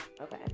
okay